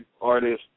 artists